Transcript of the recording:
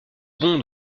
bon